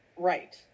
Right